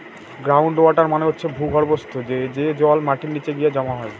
ground water মানে হচ্ছে ভূর্গভস্ত, যে জল মাটির নিচে গিয়ে জমা হয়